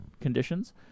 conditions